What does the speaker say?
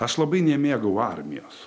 aš labai nemėgau armijos